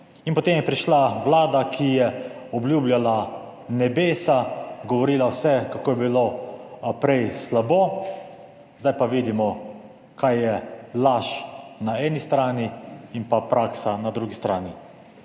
In potem je prišla Vlada, ki je obljubljala nebesa, govorila vse, kako je bilo prej slabo, zdaj pa vidimo kaj je laž na eni strani in pa praksa na drugi strani.